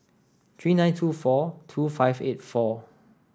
three nine two four two five eight four